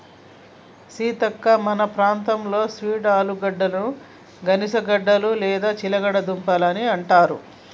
సీతక్క మన ప్రాంతంలో స్వీట్ ఆలుగడ్డని గనిసగడ్డలు లేదా చిలగడ దుంపలు అని అంటారు